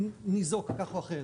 ניזוק כך או אחרת,